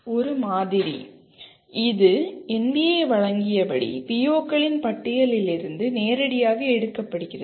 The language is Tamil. ஒரு மாதிரி இது NBA வழங்கியபடி PO களின் பட்டியலிலிருந்து நேரடியாக எடுக்கப்படுகிறது